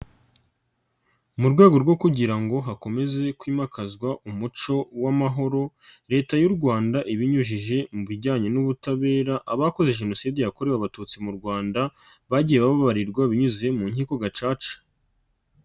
Mu rwego rwo kugira ngo hakomeze kwimakazwa umuco w'amahoro Leta y'u Rwanda ibinyujije mu bijyanye n'ubutabera abakoze Jenoside yakorewe Abatutsi mu Rwanda bagiye bababarirwa binyuze mu nkiko Gacaca.